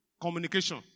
Communication